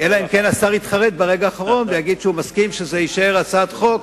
אלא אם כן השר יתחרט ברגע האחרון ויגיד שהוא מסכים שזה יישאר הצעת חוק.